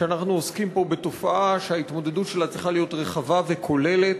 כשאנחנו עוסקים פה בתופעה שההתמודדות עמה צריכה להיות רחבה וכוללת,